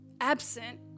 absent